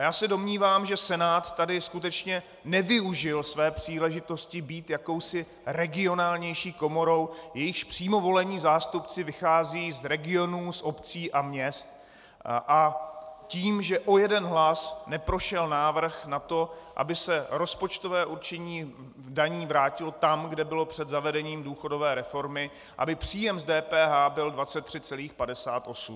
Já se domnívám, že Senát tady skutečně nevyužil své příležitosti být jakousi regionálnější komorou, jejíž přímo volení zástupci vycházejí z regionů, z obcí a měst, tím, že o jeden hlas neprošel návrh na to, aby se rozpočtové určení daní vrátilo tam, kde bylo před zavedením důchodové reformy, aby příjem z DPH byl 23,58.